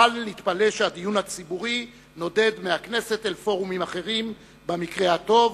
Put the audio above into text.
בל נתפלא שהדיון הציבורי נודד מהכנסת אל פורומים אחרים במקרה הטוב,